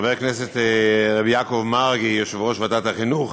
חבר הכנסת הרב יעקב מרגי, יושב-ראש ועדת החינוך,